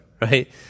right